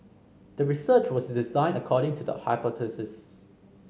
the research was designed according to the hypothesis